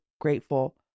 grateful